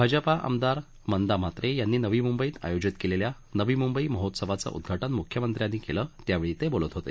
भाजपा आमदार मंदा म्हात्रे यांनी नवी मुंबईत आयोजित केलेल्या नवी मुंबई महोत्सवाचं उद्घाटन मुख्यमंत्र्यांनी यावेळी केलं त्यावेळी ते बोलत होते